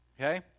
Okay